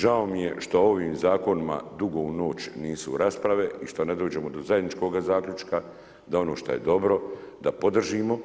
Žao mi je što ovim zakonima dugo u noć nisu rasprave i što ne dođemo do zajedničkoga zaključka da ono što je dobro da podržimo